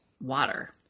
water